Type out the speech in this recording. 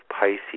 Pisces